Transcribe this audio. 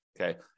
Okay